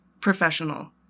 professional